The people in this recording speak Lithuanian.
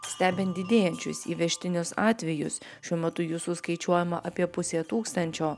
stebint didėjančius įvežtinius atvejus šiuo metu jų suskaičiuojama apie pusė tūkstančio